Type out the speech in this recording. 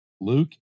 Luke